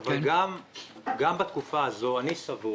אבל גם בתקופה הזו אני סבור